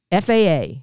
FAA